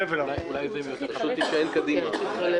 מידע שהעלה חשד כי חבר הכנסת כץ וחברו בן ארי,